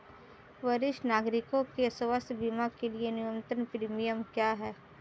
वरिष्ठ नागरिकों के स्वास्थ्य बीमा के लिए न्यूनतम प्रीमियम क्या है?